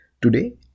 Today